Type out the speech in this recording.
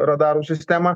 radarų sistemą